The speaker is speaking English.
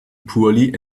poorly